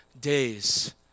days